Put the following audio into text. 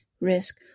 risk